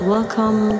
Welcome